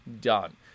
done